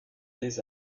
des